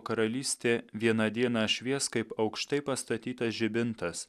karalystė vieną dieną švies kaip aukštai pastatytas žibintas